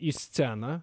į sceną